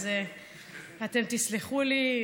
אז אתם תסלחו לי.